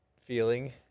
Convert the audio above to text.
feeling